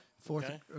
Fourth